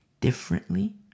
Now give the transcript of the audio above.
differently